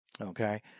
Okay